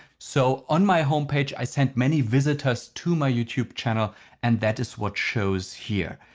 so on my home page i sent many visitors to my youtube channel and that is what shows here.